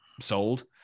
sold